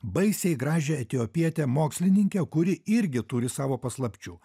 baisiai gražią etiopietę mokslininkę kuri irgi turi savo paslapčių